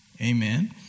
Amen